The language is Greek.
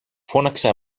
φώναξε